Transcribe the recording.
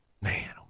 Man